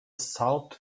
salt